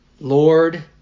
Lord